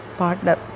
partner